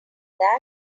that